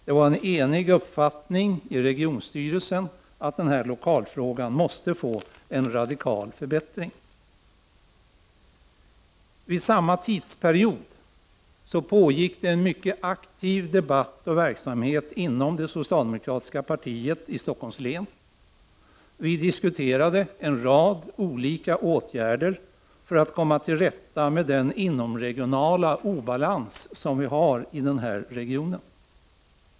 Det var en enhällig uppfattning i regionstyrelsen att lokalfrågan måste få en radikal förbättring. Under samma tidsperiod pågick det en mycket aktiv debatt och verksamhet inom det socialdemokratiska partiet i Stockholms län. Vi diskuterade en rad olika åtgärder för att komma till rätta med den inomregionala obalans som vi har i regionen.